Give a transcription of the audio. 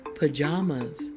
Pajamas